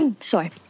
Sorry